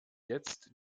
jetzt